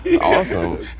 Awesome